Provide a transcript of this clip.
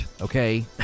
Okay